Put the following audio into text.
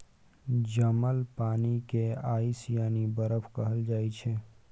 जमल पानि केँ आइस यानी बरफ कहल जाइ छै